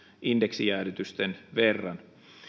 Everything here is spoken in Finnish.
indeksijäädytysten verran